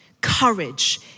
Courage